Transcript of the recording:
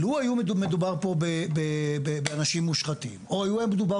לו היה מדובר פה באנשים מושחתים או היה מדובר